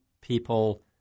people